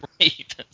right